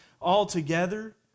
altogether